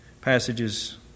passages